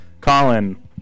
Colin